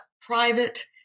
private